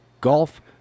golf